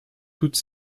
toute